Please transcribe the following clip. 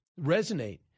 resonate